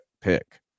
pick